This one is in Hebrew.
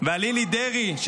וללי דרעי,